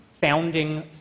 founding